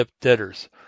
debtors